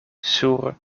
sur